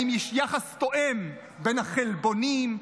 האם יש יחס תואם בין החלבונים,